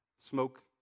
smoke